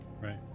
Right